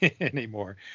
anymore